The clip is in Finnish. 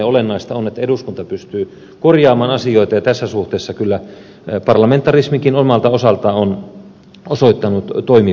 olennaista on että eduskunta pystyy korjaamaan asioita ja tässä suhteessa kyllä parlamentarismikin osalta osaltaan on osoittanut toimivuutensa